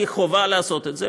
כי חובה לעשות את זה.